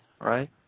right